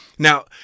Now